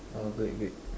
oh wait wait